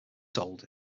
sold